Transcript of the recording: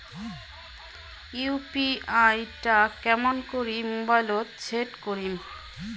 UPI টা কেমন করি মোবাইলত সেট করিম?